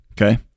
Okay